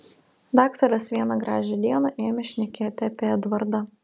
daktaras vieną gražią dieną ėmė šnekėti apie edvardą